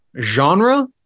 genre